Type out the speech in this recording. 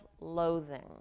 loathing